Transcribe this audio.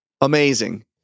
Amazing